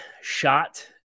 shot